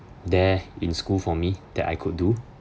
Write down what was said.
there in school for me that I could do